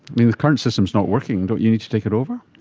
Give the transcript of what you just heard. mean, the current system is not working, don't you need to take it over?